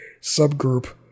subgroup